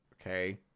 Okay